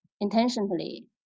intentionally